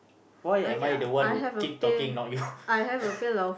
why am I the one who keep talking not you